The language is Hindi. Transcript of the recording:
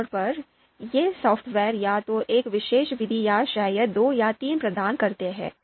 आमतौर पर ये सॉफ़्टवेयर या तो एक विशेष विधि या शायद दो या तीन प्रदान करते हैं